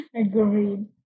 Agreed